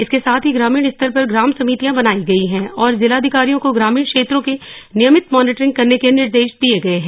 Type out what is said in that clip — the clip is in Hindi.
इसके साथ ही ग्रामीण स्तर पर ग्राम समितियां बनाई गई है और जिलाधिकारियों को ग्रामीण क्षेत्रों की नियमित मॉनिटरिंग करने के निर्देश दिये गये है